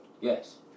Yes